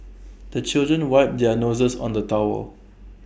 the children wipe their noses on the towel